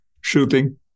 shooting